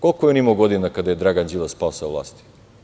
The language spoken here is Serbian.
Koliko je on imao godina kada je Dragan Đilas pao sa vlasti?